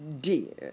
dear